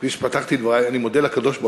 כפי שפתחתי את דברי, אני מודה לקדוש-ברוך-הוא